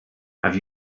have